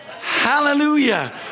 Hallelujah